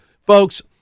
Folks